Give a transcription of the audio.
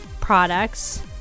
products